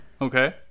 Okay